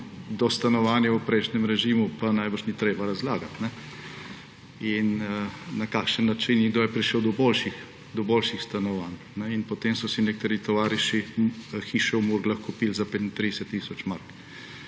do stanovanja v prejšnjem režimu, pa verjetno ni treba razlagati, in na kakšen način in kdo je prišel do boljših stanovanj. Potem so si nekateri tovariši hišo v Murglah kupili za 35 tisoč mark.